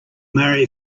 marry